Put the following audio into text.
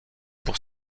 pour